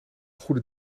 goede